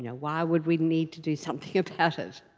you know why would we need to do something about it?